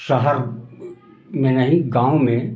शहर में नहीं गाँव में